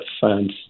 fans